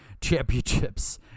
championships